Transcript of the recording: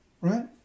right